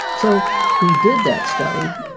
so we did that study,